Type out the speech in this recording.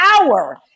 hour